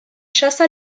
chassa